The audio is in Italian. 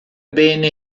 bene